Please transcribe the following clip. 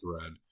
thread